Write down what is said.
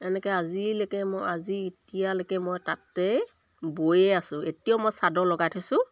এনেকৈ আজিলৈকে মই আজি এতিয়ালৈকে মই তাতে বৈয়ে আছোঁ এতিয়াও মই চাদৰ লগাই থৈছোঁ